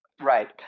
Right